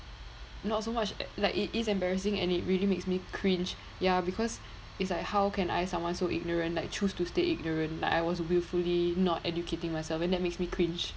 not so much like it is embarrassing and it really makes me cringe ya because it's like how can I someone so ignorant like choose to stay ignorant like I was willfully not educating myself when that makes me cringe